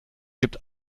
gibt